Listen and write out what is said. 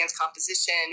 composition